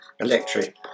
electric